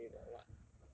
then she say the what